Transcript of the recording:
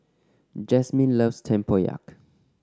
Jasmine loves tempoyak